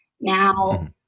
Now